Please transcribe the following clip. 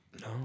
No